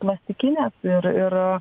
klasikinės ir ir